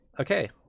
Okay